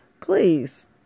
please